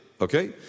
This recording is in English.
Okay